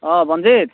অ' বঞ্জিত